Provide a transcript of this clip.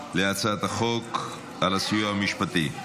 על הצעת חוק הסיוע המשפטי.